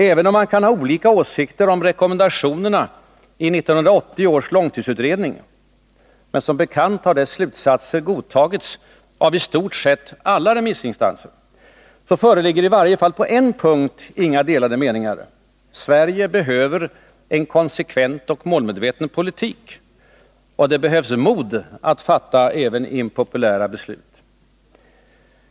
Även om man kan ha olika åsikter om rekommendationerna i 1980 års långtidsutredning— som bekant har dess slutsatser godtagits av i stort sett alla remissinstanser — föreligger i varje fall på en punkt inga delade meningar: Sverige behöver en konsekvent och målmedveten politik, och det behövs mod att fatta även impopulära beslut.